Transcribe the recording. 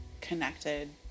connected